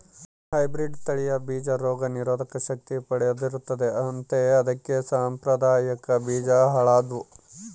hybrid ತಳಿಯ ಬೀಜ ರೋಗ ನಿರೋಧಕ ಶಕ್ತಿ ಪಡೆದಿರುತ್ತದೆ ಅಂತೆ ಅದಕ್ಕೆ ಸಾಂಪ್ರದಾಯಿಕ ಬೀಜ ಹಾಳಾದ್ವು